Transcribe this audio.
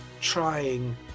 trying